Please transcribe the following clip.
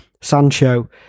Sancho